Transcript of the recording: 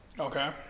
okay